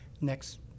next